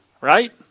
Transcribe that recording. right